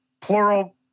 Plural